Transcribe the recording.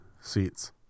seats